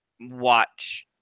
watch